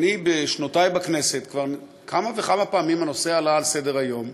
בשנותי בכנסת כבר כמה וכמה פעמים הנושא עלה על סדר-היום,